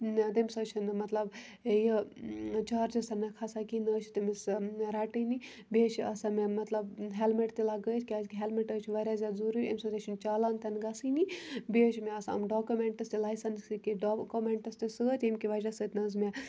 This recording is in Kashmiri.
تٔمِس حظ چھُنہٕ مطلب یہِ چارجِز تہِ نہٕ کھَسان کِہیٖنۍ نہ حظ چھِ تٔمِس رَٹٲنی بیٚیہِ حظ چھِ آسان مےٚ مطلب ہٮ۪لمِٹ لَگٲیِتھ کیٛازِکہِ ہٮ۪لمِٹ حظ چھِ واریاہ زیادٕ ضٔروٗری اَمہِ سۭتۍ حظ چھِنہٕ چالان تہِ نہٕ گژھٲنی بیٚیہِ حظ چھِ مےٚ آسان یِم ڈاکومٮ۪نٛٹٕز تہِ لایسٮ۪نٕس سۭتۍ یہِ ڈاکومٮ۪نٛٹٕز تہِ سۭتۍ ییٚمۍ کہِ وجہ سۭتۍ نہ حظ مےٚ